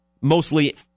mostly